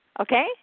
Okay